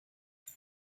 ngày